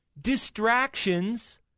Distractions